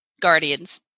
guardians